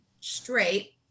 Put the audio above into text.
straight